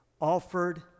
offered